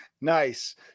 Nice